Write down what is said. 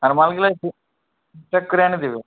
আর মালগুলো প্যাক করে এনে দেবে